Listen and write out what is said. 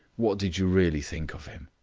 what did you really think of him?